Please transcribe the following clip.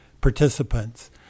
participants